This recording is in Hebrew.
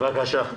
בבקשה.